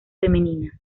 femeninas